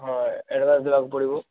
ହଁ ଆଡ଼ଭାନ୍ସ ଦେବାକୁ ପଡ଼ିବ